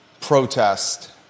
protest